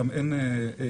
גם אין סיבה.